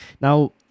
Now